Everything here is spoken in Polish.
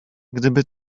gdyby